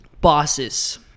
Bosses